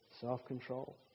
Self-control